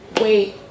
wait